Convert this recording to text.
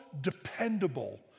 dependable